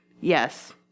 Yes